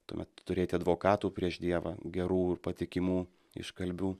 tuomet turėti advokatų prieš dievą gerų ir patikimų iškalbių